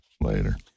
later